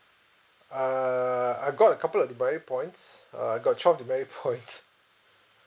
err I've got a couple of demerit points uh I've got twelve demerit points